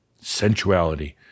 Sensuality